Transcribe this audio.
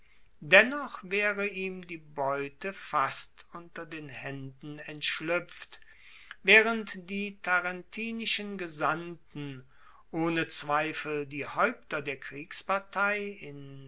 dennoch waere ihm die beute fast unter den haenden entschluepft waehrend die tarentinischen gesandten ohne zweifel die haeupter der kriegspartei in